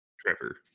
Trevor